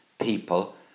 people